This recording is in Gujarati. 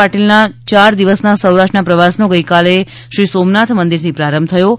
પાટીલના ચાર દિવસના સૌરાષ્ટ્રના પ્રવાસનો ગઈકાલે શ્રી સોમનાથ મંદિરથી પ્રારંભ થયો છે